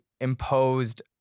imposed